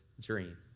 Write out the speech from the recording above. dream